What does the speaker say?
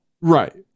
Right